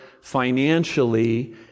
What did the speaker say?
financially